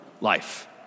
life